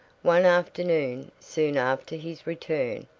one afternoon, soon after his return,